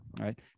right